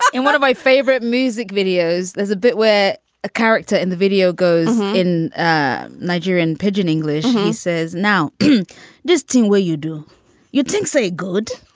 and one of my favorite music videos. there's a bit where a character in the video goes in and niger in pidgin english. he says, now this team. will you do you think so? good.